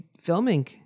Filming